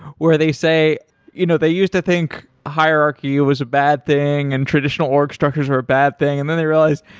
where they say you know they used to think hierarchy was a bad thing and n traditional org structures are a bad thing. and then they realized,